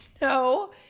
No